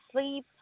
sleep